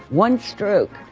one stroke.